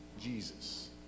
Jesus